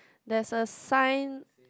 there's a sign